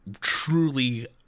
truly